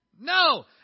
No